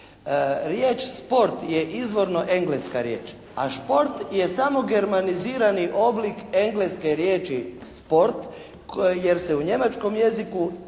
Riječ "sport" je izvorno engleska riječ, a "šport" je samo germanizirani oblik engleske riječi: "sport" jer se u njemačkom jeziku